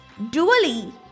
dually